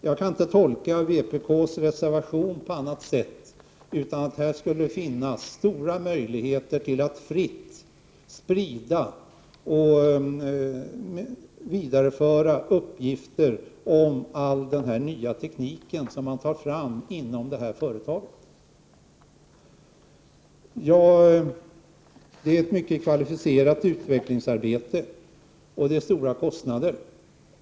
Jag kan inte tolka vpk:s reservation på annat sätt än att här skulle finnas stora möjligheter till att fritt sprida uppgifter om all den här nya tekniken som man tar fram inom företaget. Det är fråga om ett mycket kvalificerat utvecklingsarbete som drar stora kostnader.